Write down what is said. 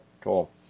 Cool